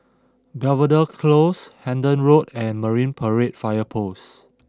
Belvedere Close Hendon Road and Marine Parade Fire Post